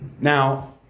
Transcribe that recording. now